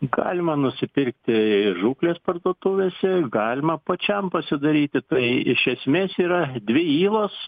galima nusipirkti žūklės parduotuvėse galima pačiam pasidaryti tai iš esmės yra dvi ylos